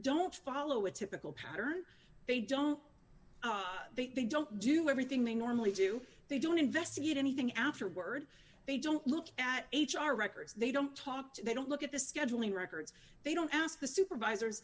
don't follow a typical pattern they don't they don't do everything they normally do they don't investigate anything afterward they don't look at each our records they don't talk they don't look at the scheduling records they don't ask the supervisors